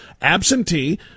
absentee